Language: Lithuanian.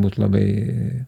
būt labai